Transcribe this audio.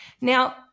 now